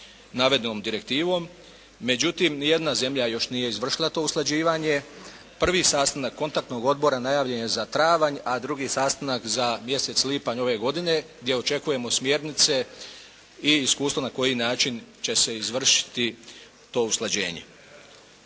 navedenom direktivom. Međutim ni jedna zemlja još nije izvršila to usklađivanje. Prvi sastanak kontaktnog odbora najavljen je za travanj, a drugi sastanak za mjesec lipanj ove godine gdje očekujemo smjernice i iskustva na koji način će se izvršiti to usklađenje.